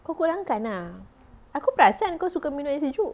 kau kurangkan ah aku perasan kau suka minum air sejuk